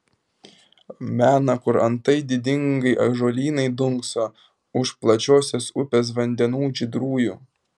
mena kur antai didingai ąžuolynai dunkso už plačiosios upės vandenų žydrųjų